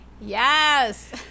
Yes